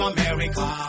America